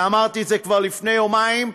ואמרתי את זה כבר לפני יומיים.